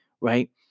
right